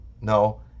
No